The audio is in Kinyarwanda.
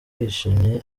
yishimye